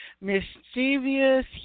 mischievous